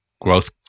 growth